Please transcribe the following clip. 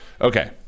Okay